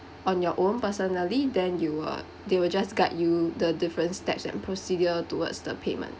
on your own personally then you will they will just guide you the different steps and procedure towards the payment